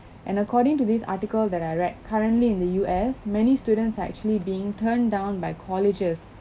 and according to this article that I read currently in the U_S many students are actually being turned down by colleges